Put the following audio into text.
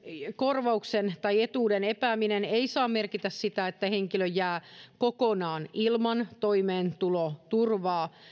korvauksen tai etuuden epääminen ei saa merkitä sitä että henkilö jää kokonaan ilman toimeentuloturvaa